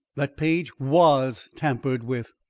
that page was tampered with.